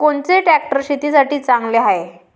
कोनचे ट्रॅक्टर शेतीसाठी चांगले हाये?